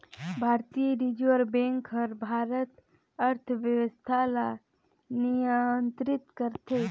भारतीय reserve bank हर भारत कर अर्थबेवस्था ल नियंतरित करथे